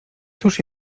cóż